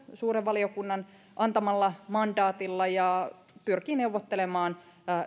suuren valiokunnan antamalla mandaatilla ja pyrkii neuvottelemaan